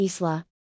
Isla